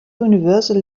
universal